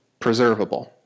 preservable